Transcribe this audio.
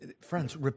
Friends